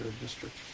District